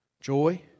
Joy